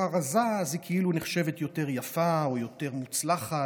רזה אז היא כאילו נחשבת יותר יפה או יותר מוצלחת.